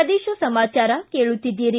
ಪ್ರದೇಶ ಸಮಾಚಾರ ಕೇಳುತ್ತಿದ್ದೀರಿ